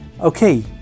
Okay